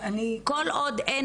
כל עוד אין